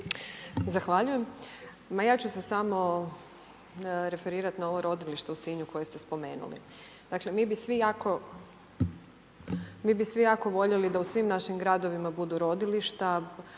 Zahvaljujem. Ma ja ću se samo referirati na ovo rodilište u Sinju koje ste spomenuli. Dakle mi bi svi jako, mi bi svi jako voljeli da u svim našim gradovima budu rodilišta,